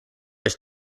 his